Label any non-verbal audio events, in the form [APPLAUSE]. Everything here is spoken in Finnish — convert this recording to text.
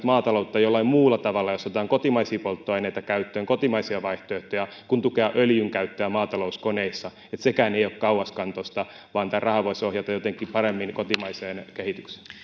[UNINTELLIGIBLE] maataloutta jollain muulla tavalla jossa otetaan kotimaisia polttoaineita käyttöön kotimaisia vaihtoehtoja kuin tukea öljyn käyttöä maatalouskoneissa sekään ei ei ole kauaskantoista vaan tätä rahaa voisi ohjata jotenkin paremmin kotimaiseen kehitykseen